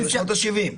של שנות ה-70.